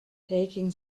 taking